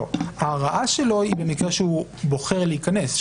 ההרעה שלו היא במקרה שהוא בוחר להיכנס,